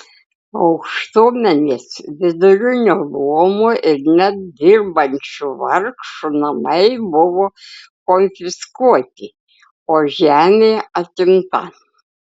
aukštuomenės vidurinio luomo ir net dirbančių vargšų namai buvo konfiskuoti o žemė atimta